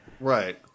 Right